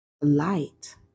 light